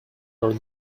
are